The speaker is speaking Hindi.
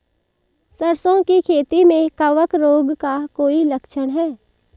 सरसों की खेती में कवक रोग का कोई लक्षण है?